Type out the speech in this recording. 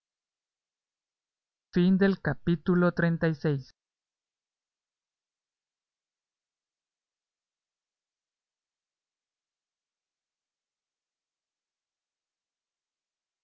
fin del capítulo veinte y